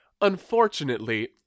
Unfortunately